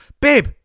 babe